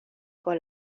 con